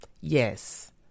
Yes